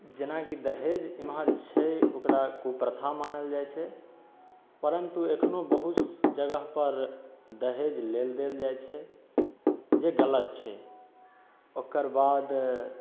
जेनाकि दहेज एम्हर छै ओकरा कुप्रथा मानल जाइत छै परन्तु अखनो बहुत जगह पर दहेज लेल देल जाइत छै जे गलत छै ओकर बाद